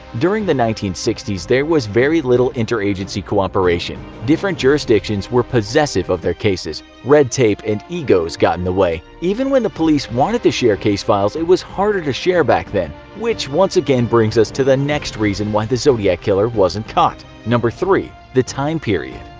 during the nineteen sixty s there was very little inter-agency cooperation. different jurisdictions were possessive of their cases, red tape and egos got in the way. even when the police wanted to share case files, it was harder to share back then. which once again brings us to the next reason why the zodiac killer wasn't caught number three the time period.